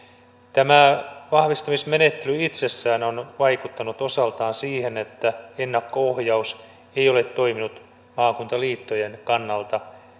tämä vahvistamismenettely itsessään on vaikuttanut osaltaan siihen että ennakko ohjaus ei ole toiminut maakuntaliittojen kannalta